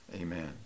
Amen